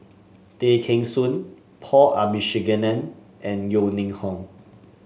Tay Kheng Soon Paul Abisheganaden and Yeo Ning Hong